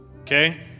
okay